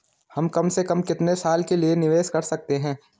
हम कम से कम कितने साल के लिए निवेश कर सकते हैं?